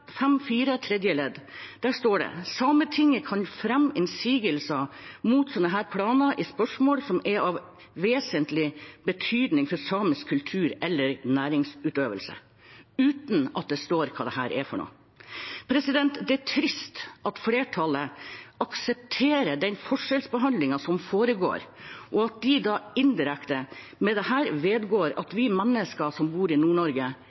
tredje ledd. Der står det: «Sametinget kan fremme innsigelse mot slike planer i spørsmål som er av vesentlig betydning for samisk kultur eller næringsutøvelse» – uten at det står hva det er. Det er trist at flertallet aksepterer den forskjellsbehandlingen som foregår, og at de, indirekte, med dette vedgår at vi mennesker som bor i